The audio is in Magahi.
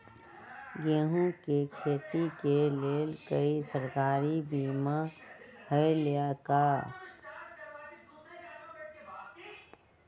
गेंहू के खेती के लेल कोइ सरकारी बीमा होईअ का?